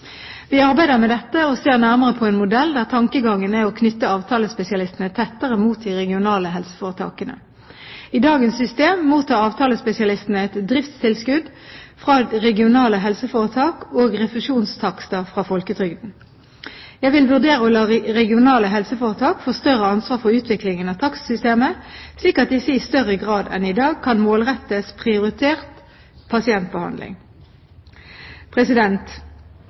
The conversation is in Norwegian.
Vi arbeider med dette og ser nærmere på en modell der tankegangen er å knytte avtalespesialistene tettere mot de regionale helseforetakene. I dagens system mottar avtalespesialistene et driftstilskudd fra regionale helseforetak og refusjonstakster fra folketrygden. Jeg vil vurdere å la regionale helseforetak få større ansvar for utviklingen av takstsystemet, slik at disse i større grad enn i dag kan målrettes prioritert